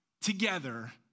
together